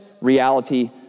reality